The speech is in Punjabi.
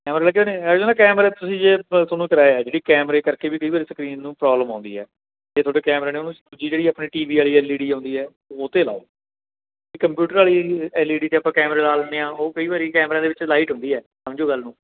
ਕੈਮਰੇ ਲੱਗੇ ਹੋਏ ਨੇ ਕੈਮਰੇ ਤੁਸੀਂ ਜੇ ਤੁਹਾਨੂੰ ਕਰਾਇਆ ਜਿਹੜੀ ਕੈਮਰੇ ਕਰਕੇ ਵੀ ਕਈ ਵਾਰੀ ਸਕਰੀਨ ਨੂੰ ਪ੍ਰੋਬਲਮ ਆਉਂਦੀ ਹੈ ਜੇ ਤੁਹਾਡੇ ਕੈਮਰੇ ਨੇ ਉਹਨੂੰ ਦੂਜੀ ਜਿਹੜੀ ਆਪਣੀ ਟੀ ਵੀ ਵਾਲੀ ਐਲ ਈ ਡੀ ਆਉਂਦੀ ਹੈ ਉਹ 'ਤੇ ਲਾਓ ਕੰਪਿਊਟਰ ਵਾਲੀ ਐਲ ਈ ਡੀ 'ਤੇ ਆਪਾਂ ਕੈਮਰਾ ਲਾ ਲੈਂਦੇ ਹਾਂ ਉਹ ਕਈ ਵਾਰੀ ਕੈਮਰਾ ਦੇ ਵਿੱਚ ਲਾਈਟ ਹੁੰਦੀ ਹੈ ਸਮਝੋ ਗੱਲ ਨੂੰ